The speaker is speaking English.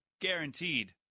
Guaranteed